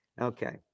Okay